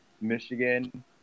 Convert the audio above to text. Michigan